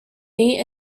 meet